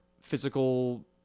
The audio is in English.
physical